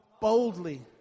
Boldly